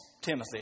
Timothy